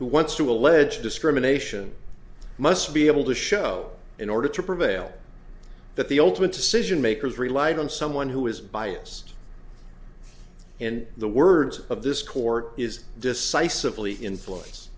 who wants to allege discrimination must be able to show in order to prevail that the ultimate decision makers relied on someone who is biased in the words of this court is decisively in